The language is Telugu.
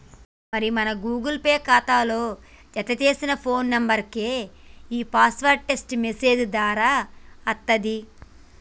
మరి మన గూగుల్ పే ఖాతాలో జతచేసిన ఫోన్ నెంబర్కే ఈ పాస్వర్డ్ టెక్స్ట్ మెసేజ్ దారా అత్తది